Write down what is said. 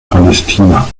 palästina